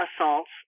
assaults